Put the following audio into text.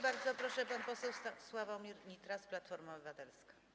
Bardzo proszę, pan poseł Sławomir Nitras, Platforma Obywatelska.